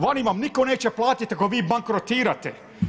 Vani van nitko neće platiti ako vi bankrotirate.